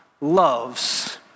loves